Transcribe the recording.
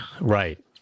Right